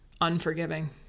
unforgiving